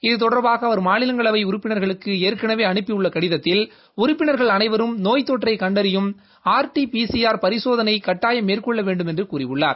இது தொடர்பாக அவர் மாநிலங்களவை உறுப்பினர்களுக்கு ஏற்கனவே அனுப்பியுள்ள கடிதத்தில் உறுப்பினர்கள் அனைவரும் நோய் தொற்றை கண்டறியும் R T P C R பரிசோதனை கட்டாயம் மேற்கொள்ள வேண்டுமென்று கூறியுள்ளார்